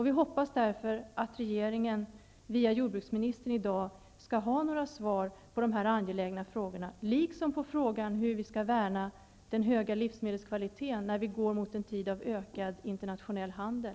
Vi hoppas därför att regeringen via jordbruksministern i dag skall ha några svar på dessa angelägna frågor, liksom på frågan hur vi skall värna den höga livsmedelskvaliteten när vi går mot en tid av ökad internationell handel.